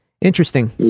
interesting